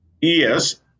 yes